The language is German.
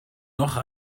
noch